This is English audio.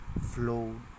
Flow